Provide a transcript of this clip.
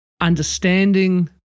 understanding